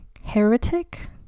heretic